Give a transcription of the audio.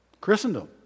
Christendom